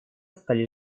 стали